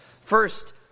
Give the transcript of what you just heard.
First